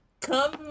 come